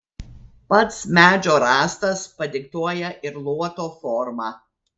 pats medžio rąstas padiktuoja ir luoto formą